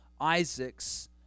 Isaac's